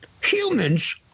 humans